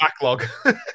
Backlog